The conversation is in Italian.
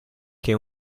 che